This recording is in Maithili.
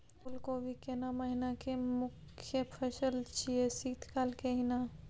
फुल कोबी केना महिना के मुखय फसल छियै शीत काल के ही न?